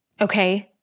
okay